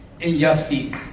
injustice